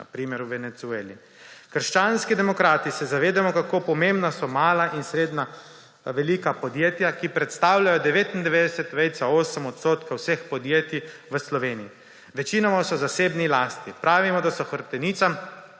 na primer v Venezueli. Krščanski demokrati se zavedamo, kako pomembna so mala in srednja velika podjetja, ki predstavljajo 99,8 odstotka vseh podjetij v Sloveniji. Večinoma so v zasebni lasti. Pravimo, da so hrbtenica